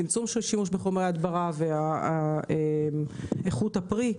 אופציות לצמצום שימוש בחומרים אלו ואיכות הפרי.